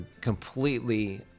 completely